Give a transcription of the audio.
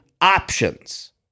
options